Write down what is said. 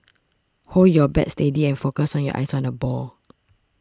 hold your bat steady and focus your eyes on the ball